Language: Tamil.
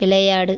விளையாடு